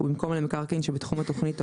ובמקום "למקרקעין שבתחום התוכנית או